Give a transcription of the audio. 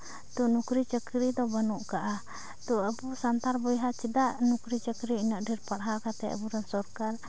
ᱛᱚ ᱱᱩᱠᱨᱤ ᱪᱟᱹᱠᱨᱤ ᱫᱚ ᱵᱟᱹᱱᱩᱜ ᱠᱟᱜᱼᱟ ᱛᱚ ᱟᱵᱚ ᱥᱟᱱᱛᱟᱲ ᱵᱚᱭᱦᱟ ᱪᱮᱫᱟᱜ ᱱᱩᱠᱨᱤ ᱪᱟᱹᱠᱨᱤ ᱤᱱᱟᱹᱜ ᱰᱷᱮᱨ ᱯᱟᱲᱦᱟᱣ ᱠᱟᱛᱮᱫ ᱟᱵᱚ ᱨᱮᱱ ᱥᱚᱨᱠᱟᱨ